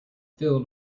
filled